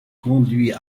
conduit